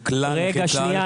לכלל נכי צה"ל,